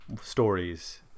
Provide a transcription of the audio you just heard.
stories